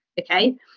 Okay